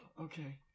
Okay